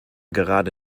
gerade